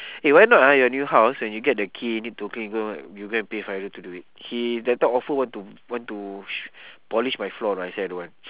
eh why not ah your new house when you get the key you need to clean go you go and pay fairul to do it he that time offer want to want to polish my floor but I say I don't want